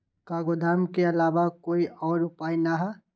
का गोदाम के आलावा कोई और उपाय न ह?